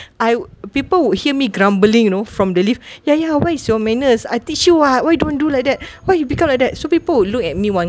I people would hear me grumbling you know from the lift yaya where is your manners I teach you !wah! why you don't do like that why you become like that so people would look at me one